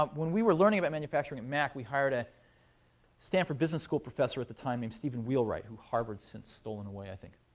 um when we were learning about manufacturing at mac, we hired a stanford business school professor at the time named steven wheelwright, who harvard has since stolen away, i think.